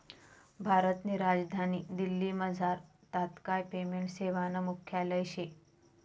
भारतनी राजधानी दिल्लीमझार तात्काय पेमेंट सेवानं मुख्यालय शे